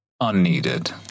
Unneeded